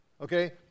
okay